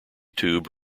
tube